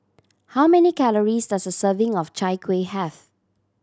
how many calories does a serving of Chai Kueh have